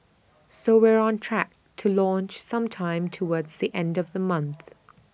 so we're on track to launch sometime towards the end of the month